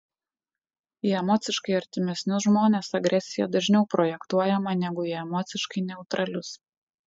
į emociškai artimesnius žmones agresija dažniau projektuojama negu į emociškai neutralius